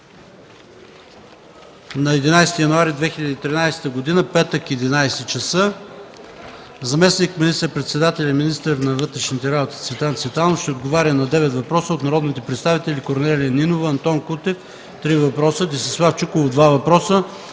на 11 януари 2013 г., петък, 11,00 ч.: Заместник министър-председателят и министър на вътрешните работи Цветан Цветанов ще отговори на 9 въпроса от народните представители Корнелия Нинова, Антон Кутев – 3 въпроса, Десислав Чуколов – 2 въпроса,